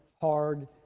hard